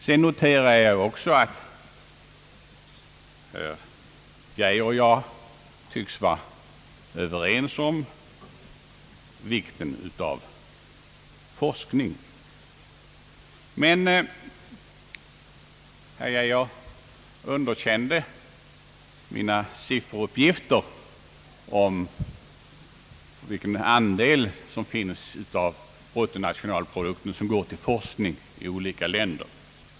Jag noterar också att herr Geijer och jag tycks vara överens om vikten av forskning. Herr Geijer underkände mina sifferuppgifter om vilken andel av bruttonationalprodukten som går till forskning i olika länder.